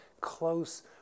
close